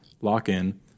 lock-in